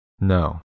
No